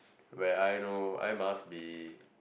where I know I must be